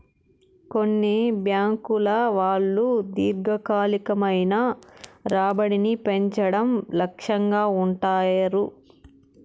కొన్ని బ్యాంకుల వాళ్ళు దీర్ఘకాలికమైన రాబడిని పెంచడం లక్ష్యంగా ఉంటారు